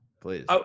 please